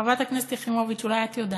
חברת הכנסת יחימוביץ, אולי את יודעת,